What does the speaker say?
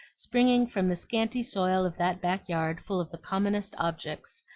springing from the scanty soil of that back yard full of the commonest objects,